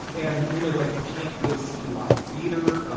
and, you know, like, you can't go see live theater.